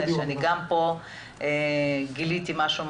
אני פותחת את הדיון בהרגשה קשה מאוד,